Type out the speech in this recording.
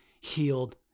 healed